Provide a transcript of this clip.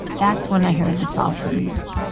that's when i heard the salsa music